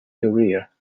career